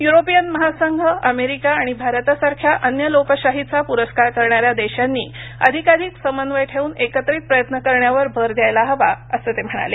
European महासंघ America आणि भारतासारख्या अन्य लोकशाहीचा पुरस्कार करणाऱ्या देशांनी अधिकाधिक समन्वय ठेवून एकत्रित प्रयत्न करण्यावर भर द्यायला हवा असं ते म्हणाले